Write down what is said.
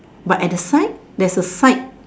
but at side there's a side